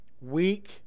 Weak